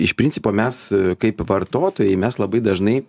iš principo mes kaip vartotojai mes labai dažnai